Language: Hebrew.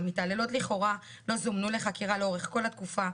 המתעללות לכאורה לא זומנו לחקירה לאורך כל התקופה,